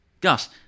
Gus